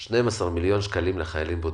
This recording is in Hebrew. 12 מיליון שקלים לחיילים בודדים,